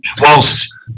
Whilst